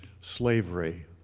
slavery